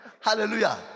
Hallelujah